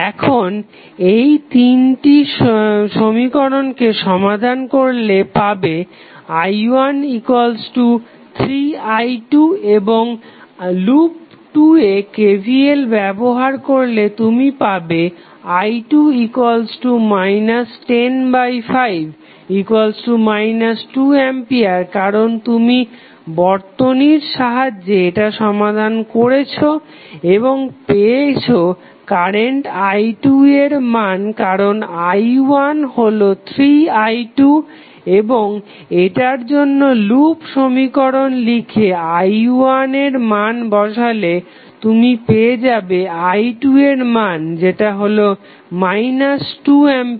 এখন এই তিনটি সমীকরণকে সমাধান করলে পাবে i13i2 এবং লুপ 2 এ KVL ব্যবহার করলে তুমি পাবে i2 105 2A কারণ তুমি বর্তনীর সাহায্যে এটা সমাধান করেছো এবং পেয়েছো কারেন্ট i2 এর মান কারণ i1 হলো 3i2 এবং এটার জন্য লুপ সমীকরণ লিখে i1 এর মান বসালে তুমি পেয়ে যাবে i2 এর মান যেটা হলো 2 A